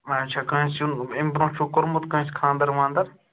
اَچھا کٲنٛسہِ چھُنہٕ اَمہِ برٛونٛہہ چھُکھ کوٚرمُت کٲنٛسہِ خانٛدر وانٛدر